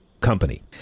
company